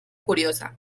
curiosa